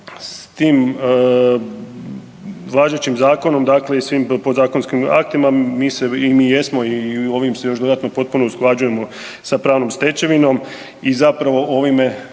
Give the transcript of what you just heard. s tim važećim zakonom i svim podzakonskim aktima mi jesmo i ovim se još dodatno potpuno usklađujemo sa pravnom stečevinom i zapravo ovime